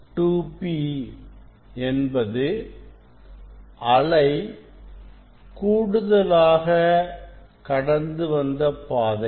S2P என்பது அலை கூடுதலாக கடந்து வந்த பாதை